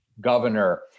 governor